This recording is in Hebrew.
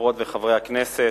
חברות וחברי הכנסת,